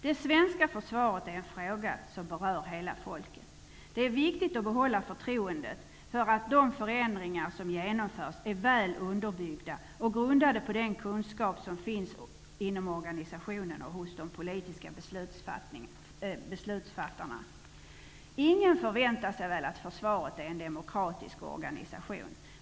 Det svenska försvaret är en fråga som berör hela folket. Det är viktigt att behålla förtroendet för att de förändringar som genomförs är väl underbyggda och grundade på den kunskap som finns inom organisationen och hos de politiska beslutsfattarna. Ingen förväntar sig väl att försvaret är en demokratisk organisation.